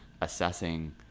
assessing